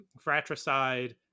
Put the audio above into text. fratricide